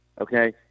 Okay